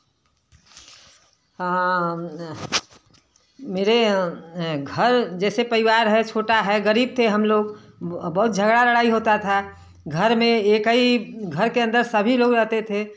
हाँ मेरे घर जैसे परिवार है छोटा है गरीब थे हम लोग बहुत झगड़ा लड़ाई होता था घर में एक ही घर के अन्दर सभी लोग रहते थे